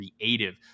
creative